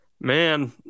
Man